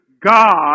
God